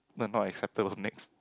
no not acceptable next